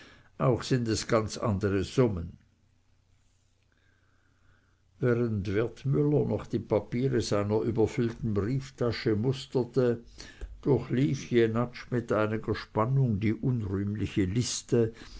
auch sind es ganz andere summen während wertmüller noch die papiere seiner überfüllten brieftasche musterte durchlief jenatsch mit einiger spannung die unrühmliche liste